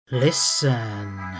Listen